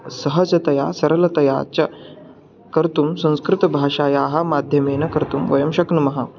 सहजतया सरलतया च कर्तुं संस्कृतभाषायाः माध्यमेन कर्तुं वयं शक्नुमः